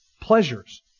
pleasures